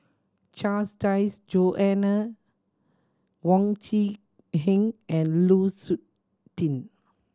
Charles Dyce Joanna Wong Quee Heng and Lu Suitin